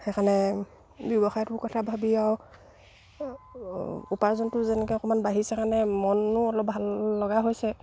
সেইকাৰণে ব্যৱসায়টোৰ কথা ভাবি আৰু উপাৰ্জনটো যেনেকৈ অকণমান বাঢ়িছে কাৰণে মনো অলপ ভাললগা হৈছে